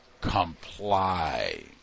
Comply